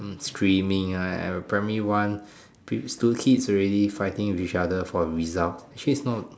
streaming ah at primary one kids already fighting with each other for results actually it's not